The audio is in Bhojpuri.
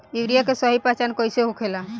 यूरिया के सही पहचान कईसे होखेला?